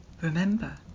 Remember